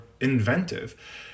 inventive